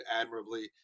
admirably